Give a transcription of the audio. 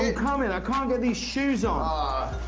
um um and i can't get the shows on.